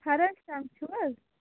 فرٛٲشۍ ٹنٛگ چھِو حظ